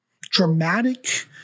dramatic